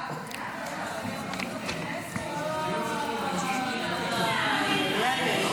ההצעה